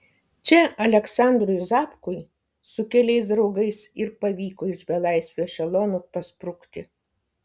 čia aleksandrui zapkui su keliais draugais ir pavyko iš belaisvių ešelono pasprukti